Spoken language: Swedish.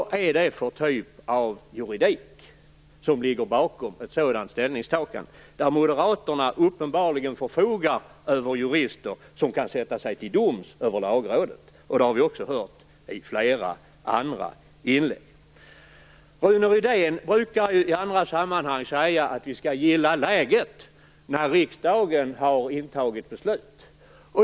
Vad är det för typ av juridik som ligger bakom ett sådant ställningstagande, där Moderaterna uppenbarligen förfogar över jurister som kan sätta sig till doms över Lagrådet? Det har vi hört i flera inlägg. Rune Rydén brukar i andra sammanhang säga att vi skall gilla läget när riksdagen har tagit ett beslut.